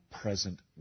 present